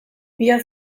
mila